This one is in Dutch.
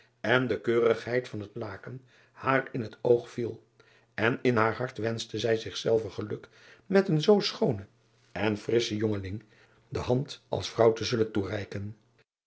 en de keurigheid van het laken haar in het oog viel en in haar hart wenschte zij zichzelve geluk met aan een zoo schoonen en frisschen jongeling de hand als vrouw te zullen toereiken